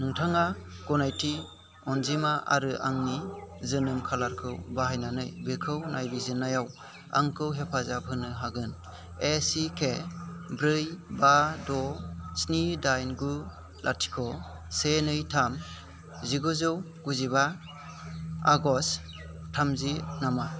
नोंथाङा गनायथि अनजिमा आरो आंनि जोनोम खालारखौ बाहायनानै बेखौ नायबिजिनायाव आंखौ हेफाजाब होनो हागोन एसिके ब्रै बा द' स्नि दाइन गु लाथिख' से नै थाम जिगुजौ गुजिबा आगष्ट थामजि नामा